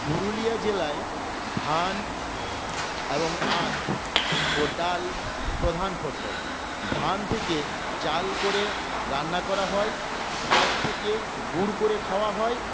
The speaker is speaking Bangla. পুরুলিয়া জেলায় ধান এবং আখ ও ডাল প্রধান ফসল ধান থেকে চাল করে রান্না করা হয় আখ থেকে গুড় করে খাওয়া হয়